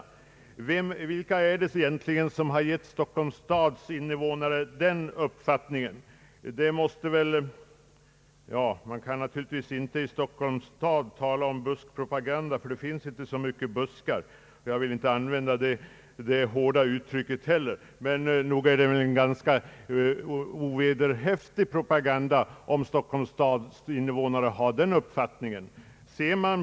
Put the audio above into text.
Vilka är det egentligen som har givit Stockholms stads invånare den uppfattningen? Man kan naturligtvis inte tala om buskpropaganda i detta fall, ty det finns inte så många buskar i Stockholm, och jag vill inte använda det hårda uttrycket heller, men nog har det väl bedrivits en ganska ovederhäftig propaganda, om Stockholms stads invånare har fått den uppfattningen.